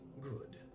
Good